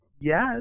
yes